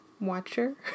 watcher